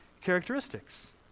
characteristics